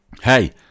Hey